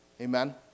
Amen